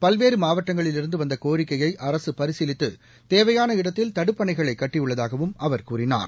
பல்வேறுமாவட்டங்களில் இருந்துவந்தகோரிக்கையைஅரசுபரிசீலித்துதேவையான இடத்தில் தடுப்பணைகளைகட்டியுள்ளதாகவும் அவர் கூறினார்